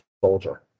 soldier